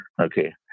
Okay